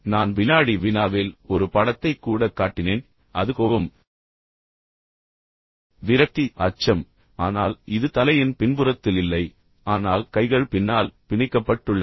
நான் வினாடி வினாவில் ஒரு படத்தைக் கூடக் காட்டினேன் அது கோபம் விரக்தி அச்சம் ஆனால் இது தலையின் பின்புறத்தில் இல்லை ஆனால் கைகள் பின்னால் பிணைக்கப்பட்டுள்ளன